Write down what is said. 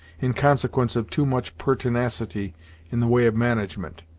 in consequence of too much pertinacity in the way of management.